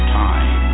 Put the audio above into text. time